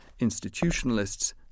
institutionalists